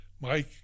Mike